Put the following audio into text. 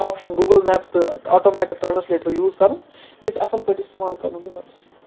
option Google maps تہٕ automatic translator use کَرُن یہِ گژھِ اصٕل پٲٹھۍ استعمال کَرُن تہٕ بَس